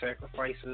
sacrifices